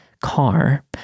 car